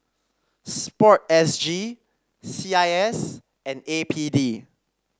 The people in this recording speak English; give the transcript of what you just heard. sports S G C I S and A P D